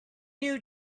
you